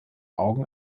augen